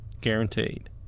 guaranteed